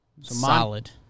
Solid